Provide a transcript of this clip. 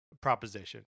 proposition